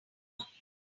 warming